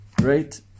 great